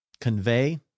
convey